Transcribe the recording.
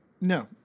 No